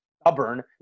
stubborn